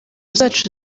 zacu